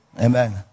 Amen